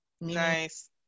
nice